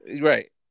Right